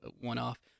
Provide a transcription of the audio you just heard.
one-off